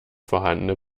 vorhandene